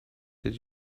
did